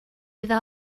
iddo